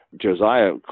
Josiah